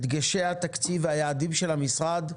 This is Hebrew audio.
את דגשי התקציב והיעדים של המשרד.